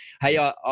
hey